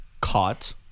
caught